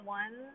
one